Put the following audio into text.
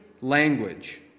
language